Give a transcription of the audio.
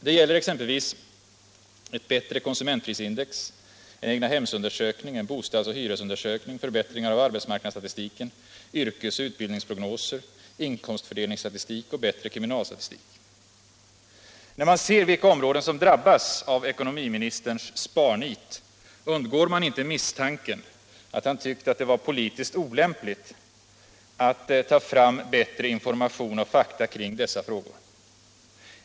Det gäller exempelvis ett bättre konsumentprisindex, en egnahemsundersökning, en bostadsoch hyresundersökning, förbättringar av arbetsmarknadsstatistiken, yrkesoch utbildningsprognoser, inkomstfördelningsstatistik och bättre kriminalstatistik. När man ser vilka områden som drabbats av ekonomiministerns sparnit undgår man inte misstanken att han tyckt det vara politiskt olämpligt att ta fram bättre information och bättre fakta kring dessa frågor.